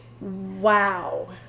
Wow